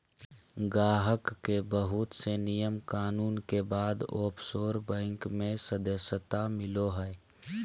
गाहक के बहुत से नियम कानून के बाद ओफशोर बैंक मे सदस्यता मिलो हय